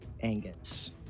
Angus